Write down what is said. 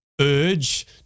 urge